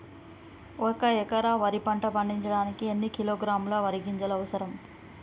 ఒక్క ఎకరా వరి పంట పండించడానికి ఎన్ని కిలోగ్రాముల వరి గింజలు అవసరం?